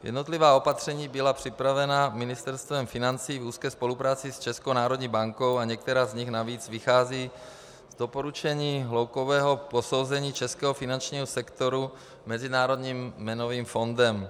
Jednotlivá opatření byla připravena Ministerstvem financí v úzké spolupráci s Českou národní bankou a některá z nich navíc vycházejí z doporučení hloubkového posouzení českého finančního sektoru Mezinárodním měnovým fondem.